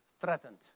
threatened